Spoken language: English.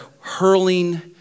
hurling